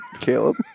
Caleb